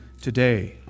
today